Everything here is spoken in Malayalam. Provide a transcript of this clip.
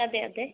അതെ അതെ